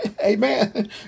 Amen